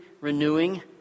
renewing